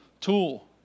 tool